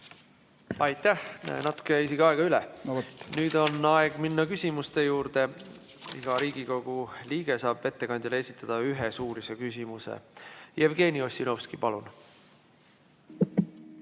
Aitäh! Natuke jäi isegi aega üle. Nüüd on aeg minna küsimuste juurde. Iga Riigikogu liige saab ettekandjale esitada ühe suulise küsimuse. Jevgeni Ossinovski, palun!